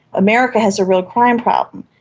america has a real crime problem,